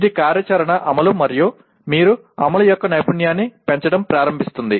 ఇది కార్యాచరణ అమలు మరియు మీ అమలు యొక్క నైపుణ్యాన్ని పెంచడం ప్రారంభిస్తుంది